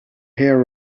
here